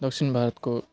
दक्षिण भारतको